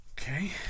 Okay